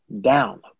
down